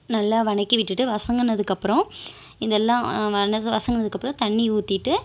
நல்லா வதக்கிவிட்டுட்டு வதங்குனதுக்கப்பறோம் இதெல்லாம் வசங் வதங்குனதுக்கப்பறம் தண்ணி ஊத்திட்டு